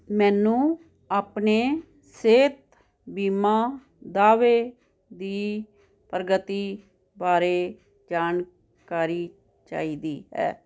ਮੈਨੂੰ ਆਪਣੇ ਸਿਹਤ ਬੀਮਾ ਦਾਅਵੇ ਦੀ ਪ੍ਰਗਤੀ ਬਾਰੇ ਜਾਣਕਾਰੀ ਚਾਹੀਦੀ ਹੈ